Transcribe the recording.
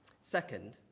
Second